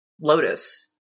Lotus